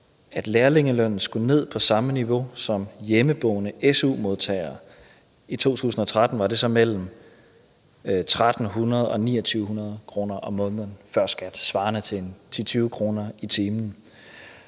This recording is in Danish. at lærlingelønnen skulle ned på samme niveau som det, der gælder for hjemmeboende SU-modtagere. I 2013 var det så mellem 1.300 og 2.900 kr. om måneden før skat, svarende til 10-20 kr. i timen.